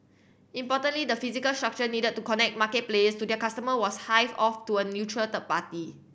importantly the physical structure needed to connect market players to their customer was hived off to a neutral third party